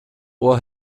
ohr